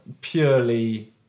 purely